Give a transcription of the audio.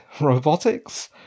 robotics